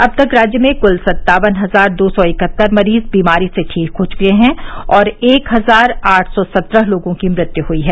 अब तक राज्य में कूल सत्तावन हजार दो सौ इकहत्तर मरीज बीमारी से ठीक हो चुके हैं और एक हजार आठ सौ सत्रह लोगों की मृत्यु हुई है